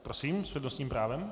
Prosím s přednostním právem.